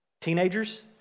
Teenagers